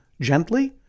gently